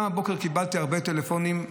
גם הבוקר קיבלתי הרבה טלפונים,